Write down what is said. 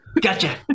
Gotcha